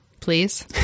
please